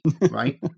right